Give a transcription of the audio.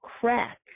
crack